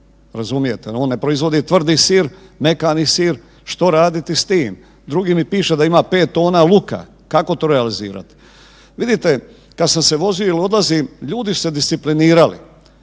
razumijete, on proizvodi tvrdi sir, mekani sir što raditi s tim. Drugi mi piše da ima pet tona luka, kako to realizirati? Vidite kad sam se vozio i odlazio ljudi su se disciplinirali,